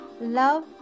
love